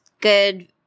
good